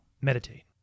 meditate